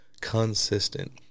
consistent